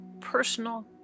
personal